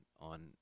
on